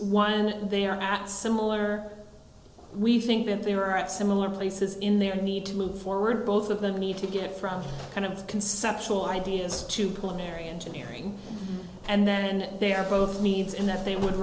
one they are not similar we think that they were at similar places in their need to move forward both of the need to get from kind of conceptual ideas to pulmonary engineering and then they're both needs in that they would